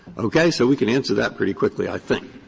okay. so we can answer that pretty quickly, i think.